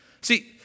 See